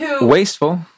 Wasteful